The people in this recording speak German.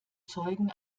zeugen